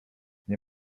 nie